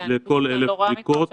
בדיקות